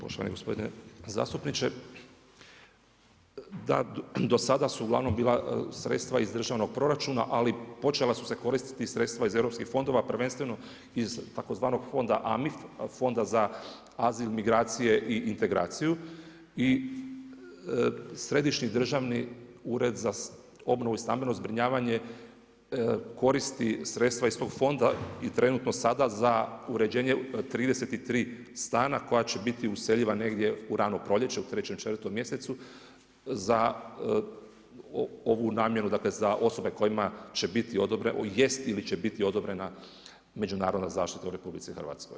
Poštovani gospodine zastupniče, da do sada su uglavnom bila sredstva iz državnog proračuna, ali počela su se koristiti i sredstva iz europskih fondova prvenstveno iz tzv. fonda Amif, Fonda za azil, migracije i integraciju i Središnji državni ured za obnovu i stambeno zbrinjavanje koristi sredstva iz tog fonda i trenutno sada za uređenje 33 stana koje će biti useljiva negdje u rano proljeće, u 3., 4. mjesecu za ovu namjenu, dakle za osobe kojima jest ili će biti odobrena međunarodna zaštita u RH.